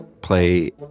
play